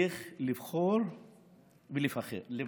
איך לבחור ולהיבחר.